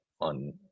on